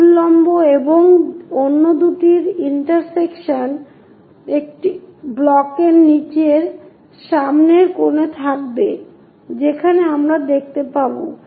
এই উল্লম্ব এবং অন্য দুটির ইন্টারসেকশন একটি ব্লকের নিচের সামনের কোণে থাকবে যেখানে আমরা দেখতে পাব